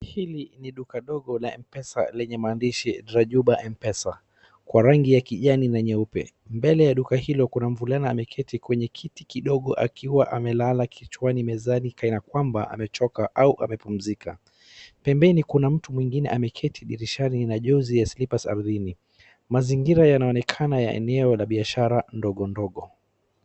Hili ni duka ndogo la mpesa lenye maandishi la jumba Mpesa kwa rangi ya kijani na nyeupe. Mbele ya duka hilo kuna mvulana ameketi kwenye kiti kidogo akiwa amelala kichwani mezani kana kwamba amechoka au amepumzika. Pembeni kuna mtu mwingine ameketi dirishani na jozi ya slippers ardhini. Mazingira yanaonekana ya eneo la biashara ndogo ndogo.